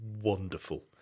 wonderful